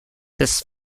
this